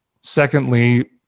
secondly